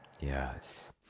Yes